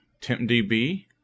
TempDB